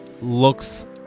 looks